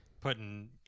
putting